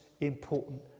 important